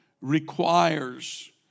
requires